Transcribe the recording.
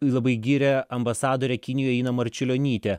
labai gyrė ambasadorę kinijoj iną marčiulionytę